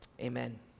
Amen